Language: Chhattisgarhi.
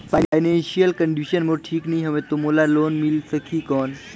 फाइनेंशियल कंडिशन मोर ठीक नी हवे तो मोला लोन मिल ही कौन??